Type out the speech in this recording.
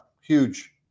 huge